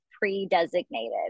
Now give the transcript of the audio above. pre-designated